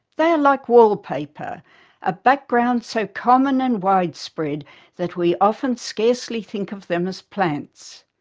they are like wallpaper a background so common and widespread that we often scarcely think of them as plants.